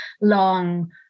long